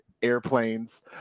airplanes